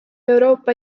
euroopa